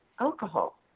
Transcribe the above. alcohol